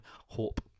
hope